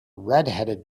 redheaded